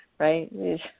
Right